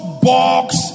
box